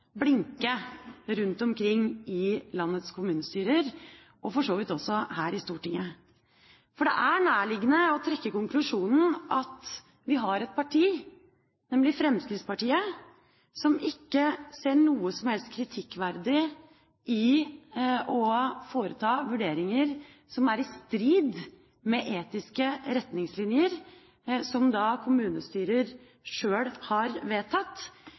blinke rundt omkring i landets kommunestyrer – og for så vidt også her i Stortinget – for det er nærliggende å trekke den konklusjonen at vi har et parti, nemlig Fremskrittspartiet, som ikke ser noe som helst kritikkverdig i å foreta vurderinger som er i strid med etiske retningslinjer som kommunestyrer sjøl har vedtatt,